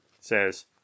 says